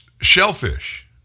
shellfish